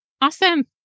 Awesome